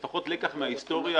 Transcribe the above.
לפחות לקח מההיסטוריה,